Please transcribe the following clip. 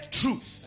truth